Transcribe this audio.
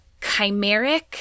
chimeric